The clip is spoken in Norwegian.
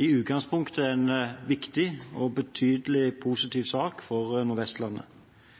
i utgangspunktet en viktig og betydelig positiv sak for Nordvestlandet.